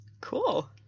Cool